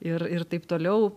ir ir taip toliau